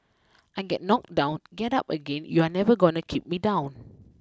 I get knocked down get up again you're never gonna keep me down